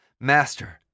Master